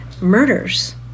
murders